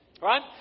Right